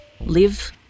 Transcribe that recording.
Live